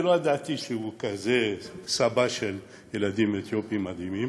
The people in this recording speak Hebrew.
ולא ידעתי שהוא כזה סבא של ילדים אתיופים מדהימים.